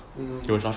mm